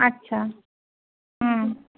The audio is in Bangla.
আচ্ছা হুম